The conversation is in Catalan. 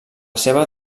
seva